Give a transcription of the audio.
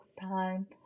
time